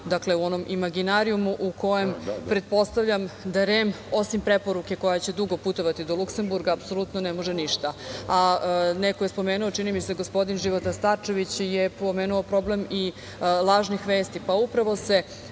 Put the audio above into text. u onom imaginarijumu u kojem pretpostavljam da REM, osim preporuke koja će dugo putovati do Luksemburga, apsolutno ne može ništa. Neko je spomenuo, čini mi se gospodin Života Starčević, i problem lažnih vesti.